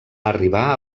arribar